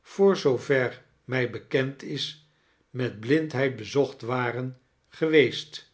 voor zoover mij bekend is met blindheid bezocht waren geweest